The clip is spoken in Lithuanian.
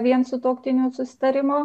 vien sutuoktinių susitarimo